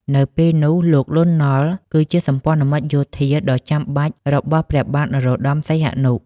នៅពេលនោះ លោក លន់ ណុល គឺជាសម្ព័ន្ធមិត្តយោធាដ៏ចាំបាច់របស់ព្រះបាទនរោត្តម សីហនុ។